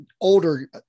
older